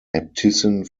äbtissin